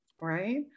right